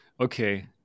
okay